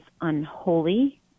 unholy